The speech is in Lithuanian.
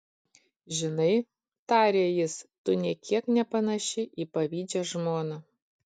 žinai tarė jis tu nė kiek nepanaši į pavydžią žmoną